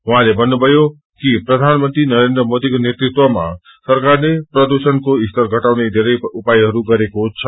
उहाँले भन्नुभयो कि नरेन्द्र मोदीको नेतृत्वमा सरकारले प्रदूषणको स्तर घटाउने धेरै उपायहरू गरेको छ